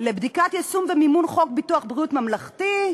לבדיקת יישום ומימון חוק ביטוח בריאות ממלכתי,